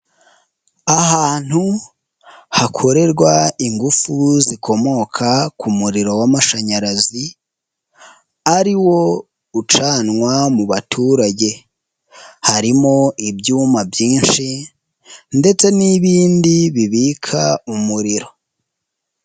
Ahantu hakorerwa ingufu zikomoka ku muriro w'amashanyarazi ari wo ucanwa mu baturage, harimo ibyuma byinshi ndetse n'ibindi bibika umuriro.